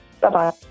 Bye-bye